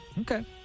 Okay